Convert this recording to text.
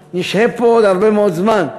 נשהה פה עוד הרבה מאוד זמן.